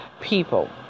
people